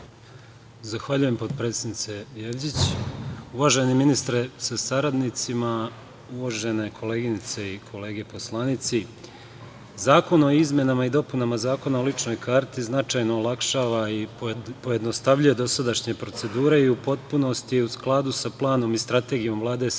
Zahvaljujem potpredsednice. Uvaženi ministre sa saradnicima, uvažene koleginice i kolege poslanici, zakon o izmenama i dopunama Zakona o ličnoj karti značajno olakšava i pojednostavljuje dosadašnje procedure i u potpunosti je u skladu sa planom i strategijom Srbije,